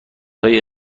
های